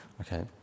Okay